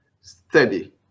Steady